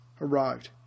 arrived